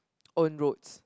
own roads